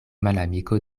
malamiko